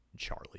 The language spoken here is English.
charlie